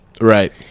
Right